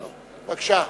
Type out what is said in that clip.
בבקשה.